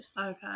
Okay